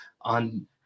on